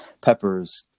peppers